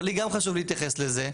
אבל לי גם חשוב להתייחס לזה,